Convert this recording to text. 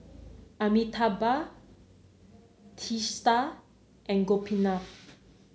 Amitabh Teesta and Gopinath